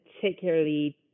particularly